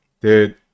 dude